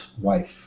wife